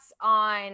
on